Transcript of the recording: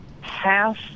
Half